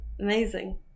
Amazing